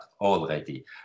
already